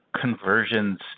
conversions